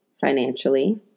financially